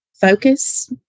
focus